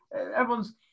everyone's